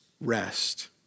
rest